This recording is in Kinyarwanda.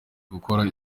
gukora